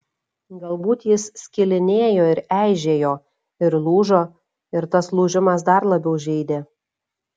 galbūt jis skilinėjo ir eižėjo ir lūžo ir tas lūžimas dar labiau žeidė